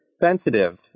sensitive